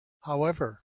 however